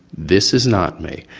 this is not me.